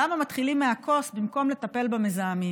למה מתחילים מהכוס במקום לטפל במזהמים?